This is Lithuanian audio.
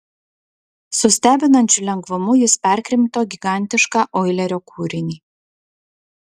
su stebinančiu lengvumu jis perkrimto gigantišką oilerio kūrinį